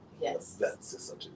Yes